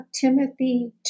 Timothy